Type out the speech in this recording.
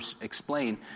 explain